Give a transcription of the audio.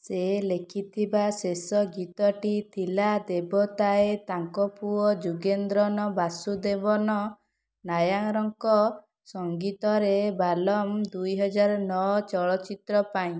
ସେ ଲେଖିଥିବା ଶେଷ ଗୀତଟି ଥିଲା ଦେବତାୟେ ତାଙ୍କ ପୁଅ ଯୁଗେନ୍ଦ୍ରନ ବାସୁଦେବନ ନାୟାରଙ୍କ ସଙ୍ଗୀତରେ ବାଲମ ଦୁଇହଜାର ନଅ ଚଳଚ୍ଚିତ୍ର ପାଇଁ